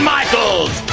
Michaels